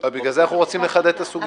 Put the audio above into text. בגלל זה אנחנו רוצים לחדד את הסוגיה הזאת.